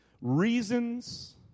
Reasons